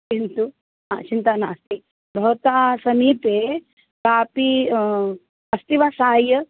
किन्तु चिन्ता नास्ति भवतः समीपे कापि अस्ति वा साहाय्यम्